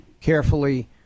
carefully